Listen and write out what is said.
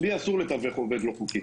לי אסור לתווך עובד לא-חוקי.